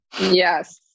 Yes